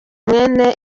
mwene